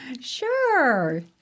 Sure